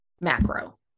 macro